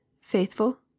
faithful